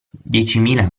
diecimila